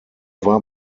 war